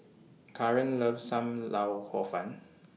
Kaaren loves SAM Lau Hor Fun